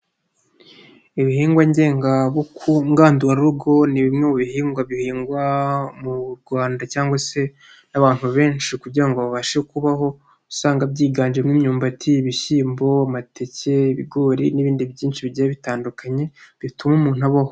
Ibihingwa ngengabuku ngandura rugo, ni bimwe mu bihingwa bihingwa mu rwanda cyangwa se n'abantu benshi kugira ngo babashe kubaho, uba usanga byiganjemo imyumbati, ibishyimbo, amateke, ibigori n'ibindi byinshi bigiye bitandukanye bituma umuntu abaho.